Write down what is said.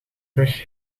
rug